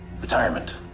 Retirement